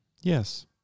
Yes